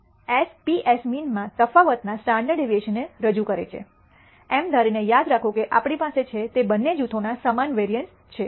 તેથી S P એ mean માં તફાવતના સ્ટાન્ડર્ડ ડેવિએશન ને રજૂ કરે છે એમ ધારીને યાદ રાખો કે આપણી પાસે છે તે બંને જૂથોના સમાન વેરિઅન્સ છે